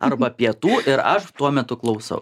arba pietų ir aš tuo metu klausau